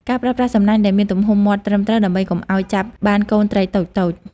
ការប្រើប្រាស់សំណាញ់ដែលមានទំហំមាត់ត្រឹមត្រូវ ដើម្បីកុំឲ្យចាប់បានកូនត្រីតូចៗ។